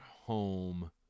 home